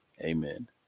Amen